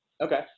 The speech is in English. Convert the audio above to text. Okay